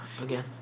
again